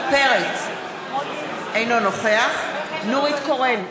אינו נוכח נורית קורן,